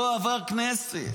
לא עבר כנסת.